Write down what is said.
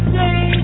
day